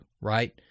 right